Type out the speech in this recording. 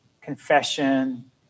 confession